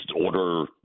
order